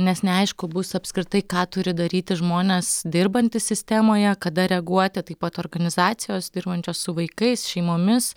nes neaišku bus apskritai ką turi daryti žmonės dirbantys sistemoje kada reaguoti taip pat organizacijos dirbančios su vaikais šeimomis